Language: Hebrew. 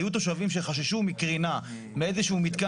היו תושבים שחששו מקרינה, מאיזה שהוא מתקן.